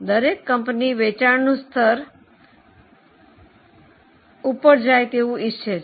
દરેક કંપની વેચાણનું સ્તર ઉપર જાય ઇચ્છે છે